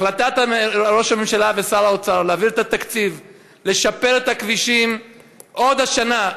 החלטת ראש הממשלה ושר האוצר להעביר תקציב לשפר את הכבישים עוד השנה,